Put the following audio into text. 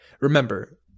Remember